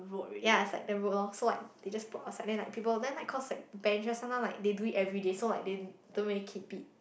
ya is like the road loh so like they just put outside then like people then like cause like benches sometimes like they do it everyday so they don't really keep it